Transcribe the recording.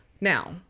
Now